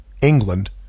England